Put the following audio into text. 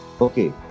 Okay